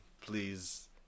please